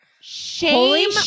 Shame